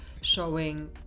showing